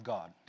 God